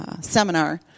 seminar